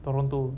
toronto